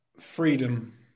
Freedom